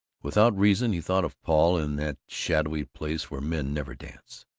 without reason, he thought of paul in that shadowy place where men never dance.